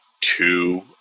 two